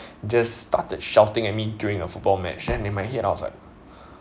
just started shouting at me during a football match and in my head I was like